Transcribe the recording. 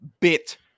bit